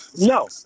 No